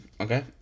okay